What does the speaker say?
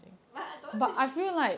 but I don't want to share